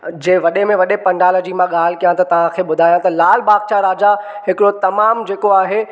जे वॾे में वॾे पंडाल जी मां ॻाल्हि कयां त तव्हां खे ॿुधायां त लाल बाग च राजा हिकिड़ो तमामु जेको आहे